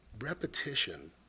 Repetition